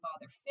bother